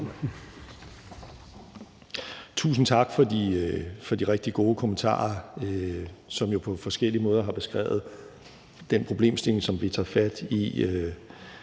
Tusind tak for de rigtig gode kommentarer, som jo på forskellige måder har beskrevet den problemstilling, som vi tager fat i